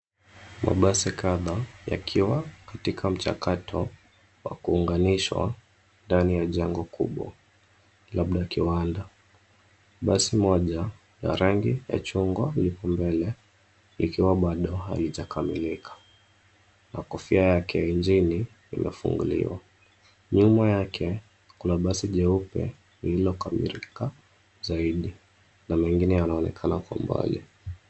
Mabasi kadhaa yakiwa katika mchakato wa kuunganishwa ndani ya jengo kubwa, labda kiwanda. Basi moja ya rangi ya chungwa lipo mbele likiwa bado haijakamilika, na kofia yake injini imefunguliwa. Nyuma yake kuna basi jeupe lililokamilika zaidi na mengine yanaonekana kwa mbali.